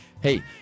Hey